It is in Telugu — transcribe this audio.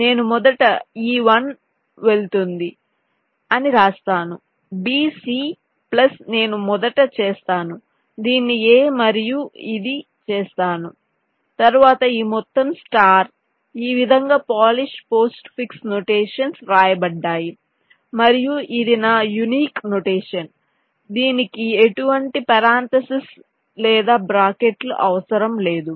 నేను మొదట ఈ 1 వెళ్తుంది అని రాస్తాను B C ప్లస్ నేను మొదట చేస్తాను దీన్ని A మరియు ఇది చేస్తాను తరువాత ఈ మొత్తం స్టార్ ఈ విధంగా పోలిష్ పోస్ట్ ఫిక్స్ నొటేషన్స్ వ్రాయబడ్డాయి మరియు ఇది నా యునీక్ నొటేషన్ దీనికి ఎటువంటి పరాంథేసిస్ లేదా బ్రాకెట్లు అవసరం లేదు